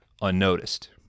unnoticed